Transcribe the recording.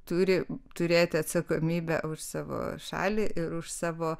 turi turėti atsakomybę už savo šalį ir už savo